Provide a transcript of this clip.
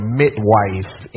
midwife